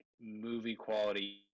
movie-quality